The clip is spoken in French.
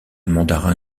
mandarin